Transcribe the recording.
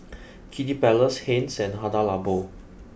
Kiddy Palace Heinz and Hada Labo